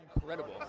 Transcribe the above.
incredible